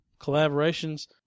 collaborations